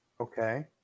Okay